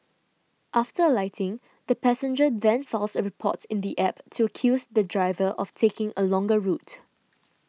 after alighting the passenger then files a report in the app to accuse the driver of taking a longer route